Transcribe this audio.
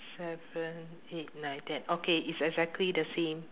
seven eight nine ten okay it's exactly the same